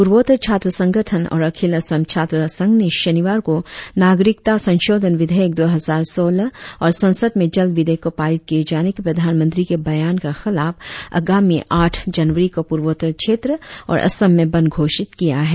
पूर्वोत्तर छात्र संगठन और आखिल असम छात्र संघ ने शनिवार को नागरिकता संशोधन विधेयक दो हजार सोलह और संसद में जल्द विधेयक को पारित किए जाने के प्रधानमंत्री के बयान के खिलाफ आगामी आठ जनवरी को पूर्वोत्तर क्षेत्र और असम में बंद घोषित किया है